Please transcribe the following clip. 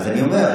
אז אני אומר,